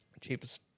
cheapest